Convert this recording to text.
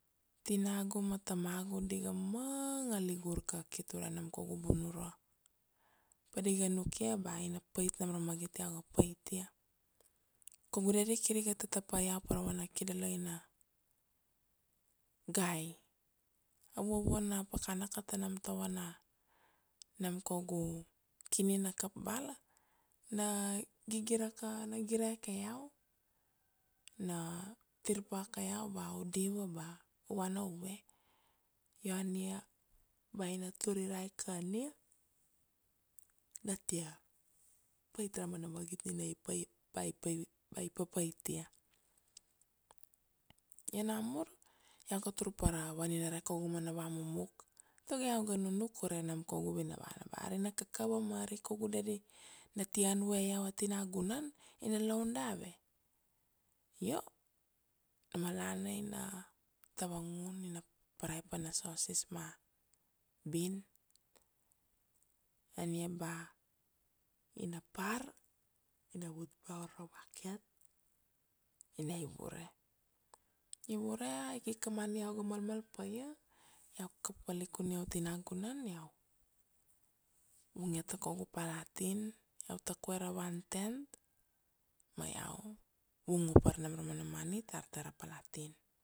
Tinagu ma tamagu di ga manga ligur kakit ure nam kaugu bunura. Pa di ga nukia ba ina pait nam ra magit iau ga paitia, kaugu daddy kir iga tata pa iau pa ra vana kido loina gai. A vuavua na pakana ka ta nam tavana, nam kaugu kini na kap bala, na gigira ka na gire ke iau, na tir pa ka iau ba u diva ba u vana uve. Io ania ba ina tur irai kan ia na tia pait ra mana magit nina ba i papaitia, io namur iau ga tur pa ra vaninare kaugu mana vamumuk, tago iau ga nunuk ure nam kaugu vina vana, ba ari ina kakava ma ari kaugu daddy na tia an vue iau ati nagunan, ina laun dave? Io, a malana ina tavangun ina parai pan na sosis ma a bean, ania ba ina par, ina vut ba uro market ina ivure, ivure a ikik a money iau ga mal mal pa ia, iau kap valikunia uti nagunan, iau vungia ta kaugu palatin, iau tak vue ra one tenth ma iau vung vapar nam ra mana money tar tara palatin.